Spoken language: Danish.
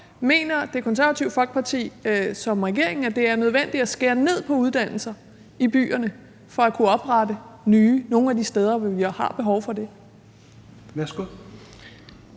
Mener Det Konservative Folkeparti som regeringen, at det er nødvendigt at skære ned på uddannelser i byerne for at kunne oprette nye nogle af de steder, hvor vi har behov for det?